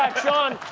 shaun